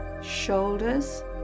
shoulders